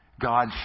God